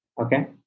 okay